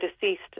deceased